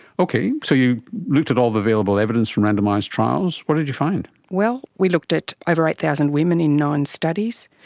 okay, so you looked at all the available evidence from randomised trials. what did you find? well, we looked at over eight thousand women in nine studies,